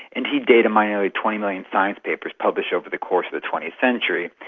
and he data-mined nearly twenty million science papers published over the course of the twentieth century.